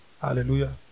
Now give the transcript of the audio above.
Hallelujah